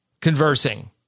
conversing